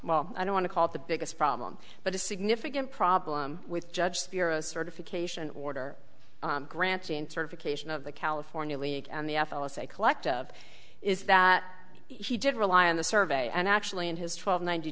well i don't want to call it the biggest problem but a significant problem with judge pirro certification order granting certification of the california league and the f l s a collective is that he did rely on the survey and actually in his twelve ninety